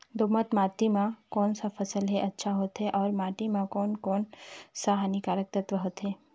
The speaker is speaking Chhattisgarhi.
दोमट माटी मां कोन सा फसल ह अच्छा होथे अउर माटी म कोन कोन स हानिकारक तत्व होथे?